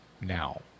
now